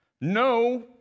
No